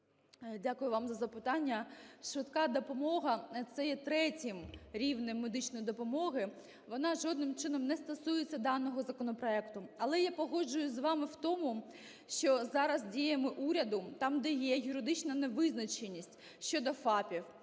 Дякую вам за запитання. Швидка допомога – це є третім рівнем медичної допомоги. Вона жодним чином не стосується даного законопроекту. Але я погоджуюся з вами в тому, що зараз діями уряду, там, де є юридична невизначеність щодо ФАПів,